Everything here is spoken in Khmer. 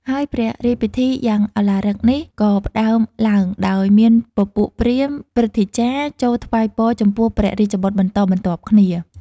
ហើយព្រះរាជពិធីយ៉ាងឧឡារិកនេះ ក៏ផ្តើមឡើងដោយមានពពួកព្រាហ្មណ៍ ព្រឹទ្ធាចារ្យ ចូលថ្វាយពរចំពោះព្រះរាជបុត្របន្តបន្ទាប់គ្នា ។